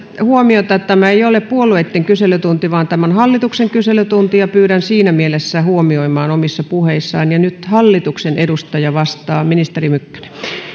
huomiota että tämä ei ole puolueitten kyselytunti vaan tämä on hallituksen kyselytunti ja pyydän siinä mielessä huomioimaan tämän omissa puheissa nyt hallituksen edustaja vastaa ministeri mykkänen